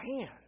man